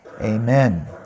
amen